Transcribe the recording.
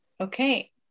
Okay